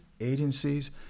agencies